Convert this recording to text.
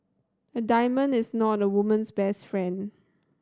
a diamond is not a woman's best friend